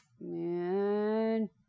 Man